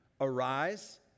Arise